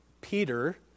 Peter